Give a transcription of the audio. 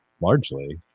Largely